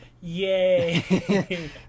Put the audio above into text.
Yay